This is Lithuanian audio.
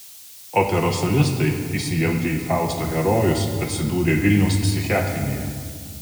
operos solistai įsijautę į fausto herojus atsidūrė vilniaus psichiatrinėje